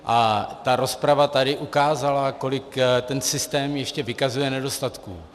A rozprava tady ukázala, kolik ten systém ještě vykazuje nedostatků.